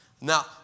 Now